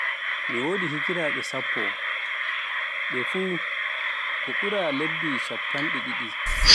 mi wodi higiraaɓe sappo, mɓe fuu ɓe ɓura ta lebbi shappande ɗiɗi.